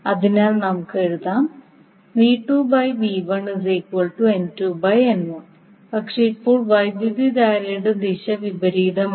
അതിനാൽ നമുക്ക് എഴുതാം പക്ഷേ ഇപ്പോൾ വൈദ്യുതധാരയുടെ ദിശ വിപരീതമാണ്